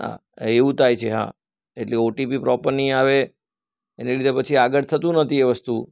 હા એવુ થાય છે હા એટલે ઓટીપી પ્રોપર નઈ આવે એને લીધે પછી આગળ થતું નથી એ વસ્તુ